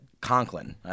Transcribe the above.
Conklin